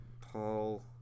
Paul